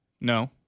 No